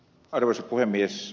arvoisa puhemies